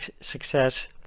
Success